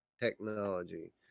technology